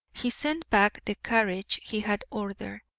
he sent back the carriage he had ordered,